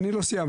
אני לא סיימתי.